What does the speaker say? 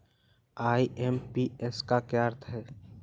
IMPS का क्या अर्थ है?